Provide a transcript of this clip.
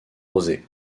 rosées